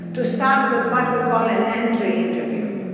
to start with what we call an entry interview.